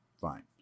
Fine